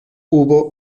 hubo